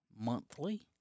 monthly